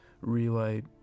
relight